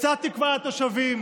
קצת תקווה לתושבים,